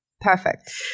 Perfect